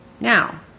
now